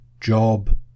job